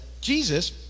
Jesus